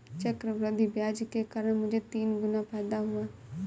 चक्रवृद्धि ब्याज के कारण मुझे तीन गुना फायदा हुआ